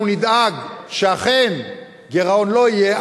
אנחנו נדאג שאכן גירעון לא יהיה,